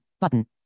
button